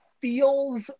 feels